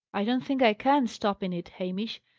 i don't think i can stop in it, hamish.